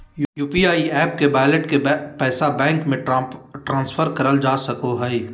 UPI app के wallet के पैसा बैंक मे ट्रांसफर करल जा सको हय